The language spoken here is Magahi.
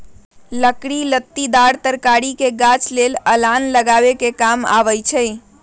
लकड़ी लत्तिदार तरकारी के गाछ लेल अलान लगाबे कें काम अबई छै